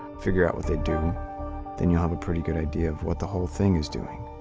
figure out what they do then you'll have a pretty good idea of what the whole thing is doing.